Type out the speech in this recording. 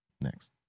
Next